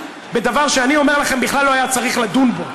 בדבר שאני אומר לכם שבכלל לא היה צריך לדון בו.